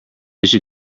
issue